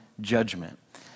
judgment